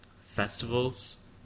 festivals